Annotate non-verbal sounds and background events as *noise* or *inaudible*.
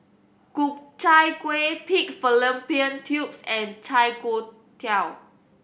Ku Chai Kueh pig fallopian tubes and chai *unintelligible*